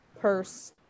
purse